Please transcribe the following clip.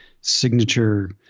signature